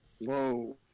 Whoa